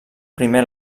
primer